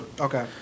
Okay